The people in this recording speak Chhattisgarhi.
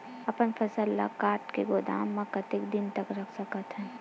अपन फसल ल काट के गोदाम म कतेक दिन तक रख सकथव?